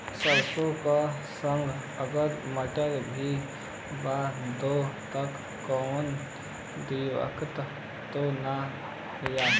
सरसो के संगे अगर मटर भी बो दी त कवनो दिक्कत त ना होय?